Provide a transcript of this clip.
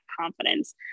confidence